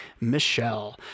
Michelle